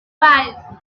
five